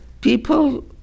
people